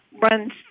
runs